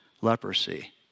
leprosy